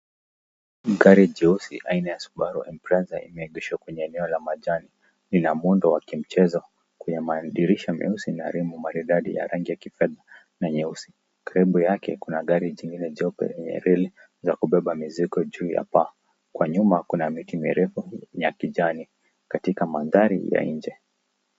Gari jeusi aina ya Subaru Impreza imeegeshwa kwenye eneo la majani. Ni la muundo wa kimchezo; lina madirisha meusi na rim maridadi ya rangi ya kifedha na nyeusi. Karibu yake kuna gari jingine jeupe yenye rim za kubeba mizigo juu ya paa. Kwa nyuma kuna miti mirefu ya kijani katika mandhari ya nje.